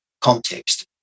context